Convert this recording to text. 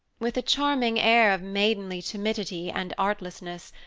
with a charming air of maidenly timidity and artlessness,